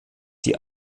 die